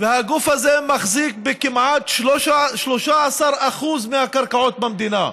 והגוף הזה מחזיק בכמעט 13% מהקרקעות במדינה,